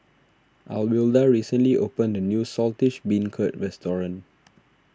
Alwilda recently opened a new Saltish Beancurd restaurant